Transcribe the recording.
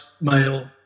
male